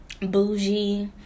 bougie